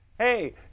Hey